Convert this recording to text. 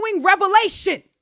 revelation